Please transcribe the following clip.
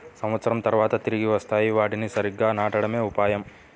సంవత్సరం తర్వాత తిరిగి వస్తాయి, వాటిని సరిగ్గా నాటడమే ఉపాయం